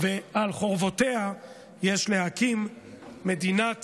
ועל חורבותיה יש להקים מדינת